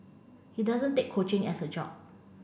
he doesn't take coaching as a job